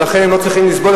ולכן לא צריכים לסבול,